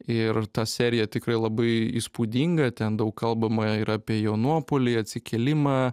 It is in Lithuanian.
ir ta serija tikrai labai įspūdinga ten daug kalbama ir apie jo nuopuolį atsikėlimą